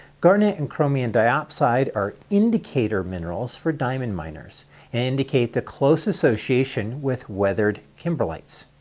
garnet and chromium diopside are indicator minerals for diamond miners, and indicate the close association with weathered kimberlites.